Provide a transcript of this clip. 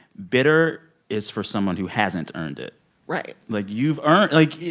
bitter is for someone who hasn't earned it right like, you've earned like,